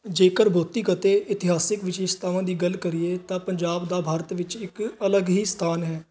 ਜੇਕਰ ਬੌਧਿਕ ਅਤੇ ਇਤਿਹਾਸਿਕ ਵਿਸ਼ੇਸ਼ਤਾਵਾਂ ਦੀ ਗੱਲ ਕਰੀਏ ਤਾਂ ਪੰਜਾਬ ਦਾ ਭਾਰਤ ਵਿੱਚ ਇੱਕ ਅਲੱਗ ਹੀ ਸਥਾਨ ਹੈ